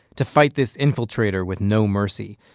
to fight this infiltrator with no mercy.